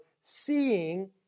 seeing